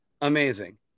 amazing